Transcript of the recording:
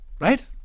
right